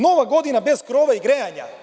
Nova godina bez krova i grejanja.